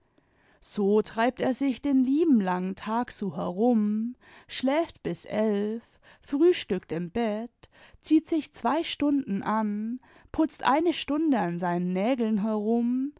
so treibt er sich den lieben langen tag so herum schläft bis elf frühstückt im bett zieht sich zwei stunden an putzt eine stunde an seinen nägeln herum